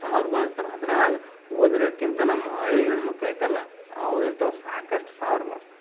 ಸಾವಿರ ಬಳಸ್ತಾರ ಅದ್ರಾಗೆ ಒಂದಕ್ಕಿಂತ ನಮ್ಮ ಹಳ್ಳಿ ಹೆಣ್ಮಕ್ಳು ಐತಲ್ಲಾ ಅವ್ರು ಇಂಥವ್ ಸಾಕಷ್ಟು ಸಾವಿರ ಬಳಸ್ತಾವೆ